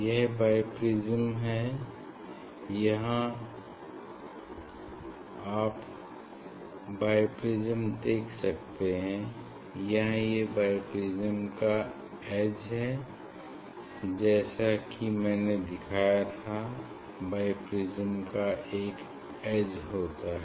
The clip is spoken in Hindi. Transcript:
यह बाई प्रिज्म है आप यहाँ बाईप्रिज्म देख सकते हो यहाँ ये बाईप्रिज्म का एज्ज है जैसा कि मैंने दिखाया था बाईप्रिज्म का एज्ज होता है